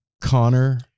Connor